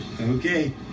Okay